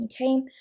okay